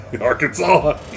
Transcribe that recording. Arkansas